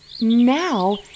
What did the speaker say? Now